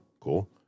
cool